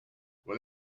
will